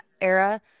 era